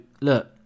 look